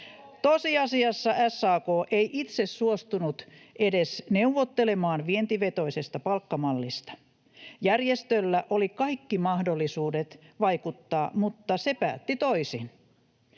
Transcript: Tosiasiassa SAK ei itse suostunut edes neuvottelemaan vientivetoisesta palkkamallista. Järjestöllä oli kaikki mahdollisuudet vaikuttaa, mutta se päätti toisin.